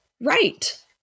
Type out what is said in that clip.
Right